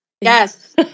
Yes